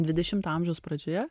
dvidešimto amžiaus pradžioje